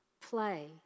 play